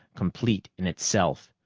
complete in itself,